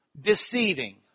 deceiving